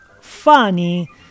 funny